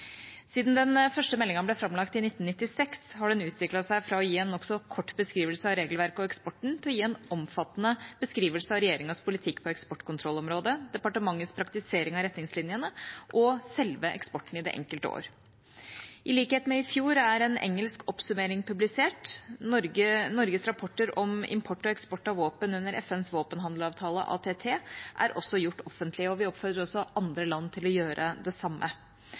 Siden den første meldingen ble framlagt i 1996, har den utviklet seg fra å gi en nokså kort beskrivelse av regelverket og eksporten til å gi en omfattende beskrivelse av regjeringas politikk på eksportkontrollområdet, departementets praktisering av retningslinjene og selve eksporten i det enkelte år. I likhet med i fjor er en engelsk oppsummering publisert. Norges rapporter om import og eksport av våpen under FNs våpenhandelsavtale ATT er også gjort offentlig, og vi oppfordrer andre land til å gjøre det samme.